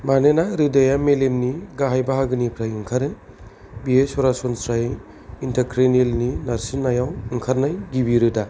मानोना रोदाया मेलेमनि गाहाय बाहागोनिफ्राय ओंखारो बेयो सरासनस्रायै इन्ट्राक्रेनियेलनि नारसिनजानायाव ओंखारनाय गिबि रोदा